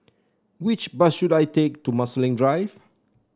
which bus should I take to Marsiling Drive